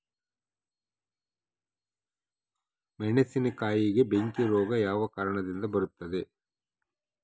ಮೆಣಸಿನಕಾಯಿಗೆ ಬೆಂಕಿ ರೋಗ ಯಾವ ಕಾರಣದಿಂದ ಬರುತ್ತದೆ?